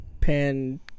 Pan